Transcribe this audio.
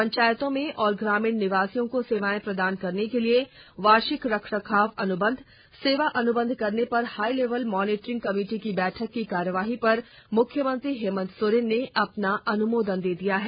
पंचायतों में और ग्रामीण निवासियों को सेवाएं प्रदान करने के लिए वार्षिक रख रखाव अनुबंध सेवा अनुबंध करने पर हाई लेवल मॉनिटरिंग कमेटी की बैठक की कार्यवाही पर मुख्यमंत्री हेमंत सोरेन ने अपना अनुमोदन दे दिया है